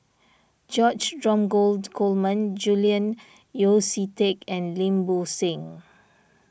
George Dromgold Coleman Julian Yeo See Teck and Lim Bo Seng